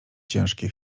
ciężkie